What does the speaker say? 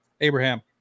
Abraham